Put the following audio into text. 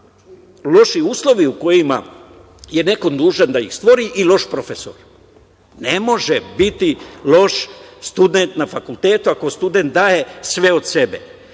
loši uslovi u kojima je neko dužan da ih stvori i loš profesor. Ne može biti loš student na fakultetu ako daje sve od sebe.